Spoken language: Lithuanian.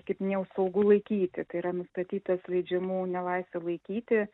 kaip minėjau saugu laikyti tai yra nustatytas leidžiamų nelaisvėj laikyti